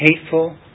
hateful